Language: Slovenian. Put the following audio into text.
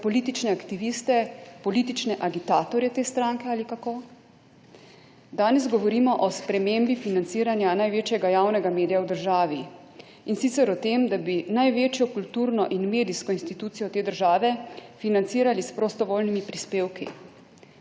za politične aktiviste, politične agitatorje te stranke? Ali kako? Danes govorimo o spremembi financiranja največjega javnega medija v državi, in sicer o tem, da bi največjo kulturno in medijsko institucijo te države financirali s prostovoljnimi prispevki.